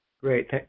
Great